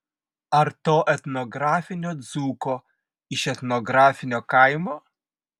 ar to etnografinio dzūko iš etnografinio kaimo